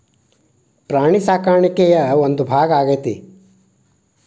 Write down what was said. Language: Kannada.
ಪ್ರಾಣಿ ಸಾಕಾಣಿಕೆಯ ಒಂದು ಭಾಗಾ ಆಗೆತಿ